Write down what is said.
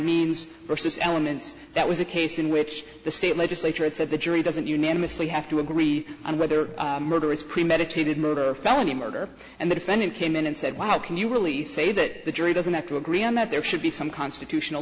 means versus elements that was a case in which the state legislature it said the jury doesn't unanimously have to agree on whether murder is premeditated murder felony murder and the defendant came in and said wow can you really say that the jury doesn't have to agree on that there should be some constitutional